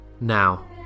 Now